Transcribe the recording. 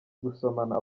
gusomana